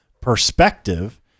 perspective